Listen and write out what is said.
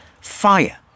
fire